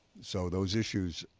so those issues